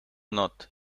not